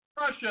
Russia